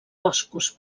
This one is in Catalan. boscos